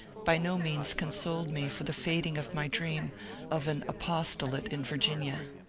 by no means consoled me for the fading of my dream of an aposto late in virginia.